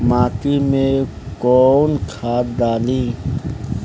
माटी में कोउन खाद डाली?